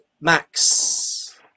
Max